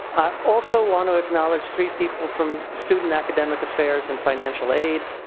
i also want to acknowledge three people from student academic affairs and financial aid,